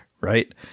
right